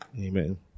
amen